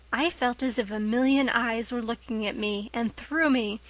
i felt as if a million eyes were looking at me and through me,